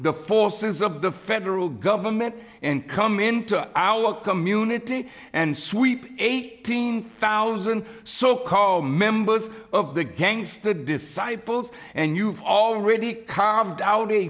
the forces of the federal government and come into our community and sweep eighteen thousand so called members of the gangster disciples and you've already carved out